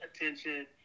attention